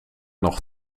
nog